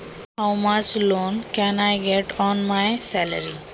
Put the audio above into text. माझ्या वेतनावर मला किती कर्ज मिळू शकते?